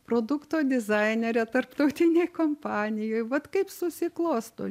produkto dizainere tarptautinėj kompanijoj vat kaip susiklosto